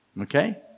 okay